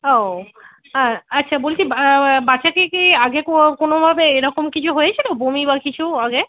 ও হ্যাঁ আচ্ছা বলছি বাচ্চাকে কি আগে কো কোনোভাবে এরকম কিছু হয়েছিল বমি বা কিছু আগে